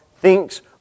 thinks